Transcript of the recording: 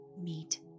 meet